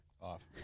Off